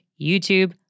YouTube